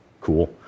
cool